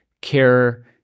care